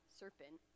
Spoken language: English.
serpent